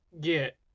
get